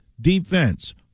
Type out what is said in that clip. Defense